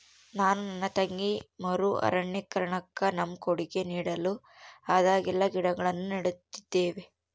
ನಾನು ನನ್ನ ತಂಗಿ ಮರು ಅರಣ್ಯೀಕರಣುಕ್ಕ ನಮ್ಮ ಕೊಡುಗೆ ನೀಡಲು ಆದಾಗೆಲ್ಲ ಗಿಡಗಳನ್ನು ನೀಡುತ್ತಿದ್ದೇವೆ